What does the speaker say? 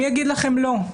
מי יגיד לכם לא?